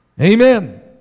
Amen